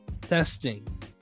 Testing